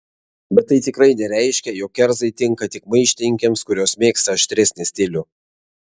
bet tai tikrai nereiškia jog kerzai tinka tik maištininkėms kurios mėgsta aštresnį stilių